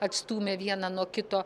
atstūmė vieną nuo kito